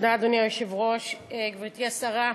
אדוני היושב-ראש, תודה, גברתי השרה,